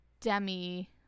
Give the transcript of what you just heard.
Demi